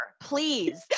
please